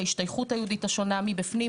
ההשתייכות היהודית השונה מבפנים,